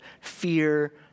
Fear